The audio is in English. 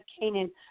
Canaan